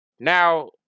Now